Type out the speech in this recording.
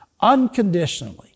unconditionally